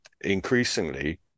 increasingly